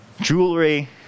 jewelry